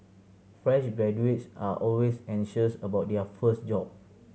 fresh graduates are always anxious about their first job